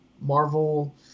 Marvel